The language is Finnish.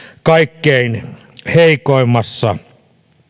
kaikkein heikoimmassa